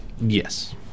Yes